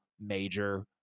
major